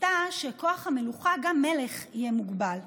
רצתה שכוח המלוכה, גם מלך יהיה מוגבל.